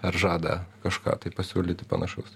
ar žada kažką pasiūlyti panašaus